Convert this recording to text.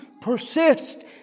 persist